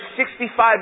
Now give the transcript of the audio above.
65